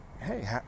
hey